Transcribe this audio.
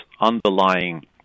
underlying